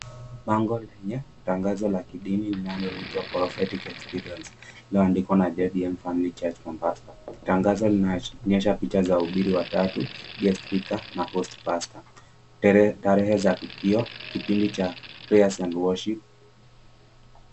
Bango lenye tangazo la kidini linaloitwa "Prophetic Experience" lililoandikwa na "JBM Family Church Mombasa". Tangazo linaonyesha picha za wahubiri watatu, guest speaker na post pastor . Tarehe za tukio, kipindi cha prayers and worship .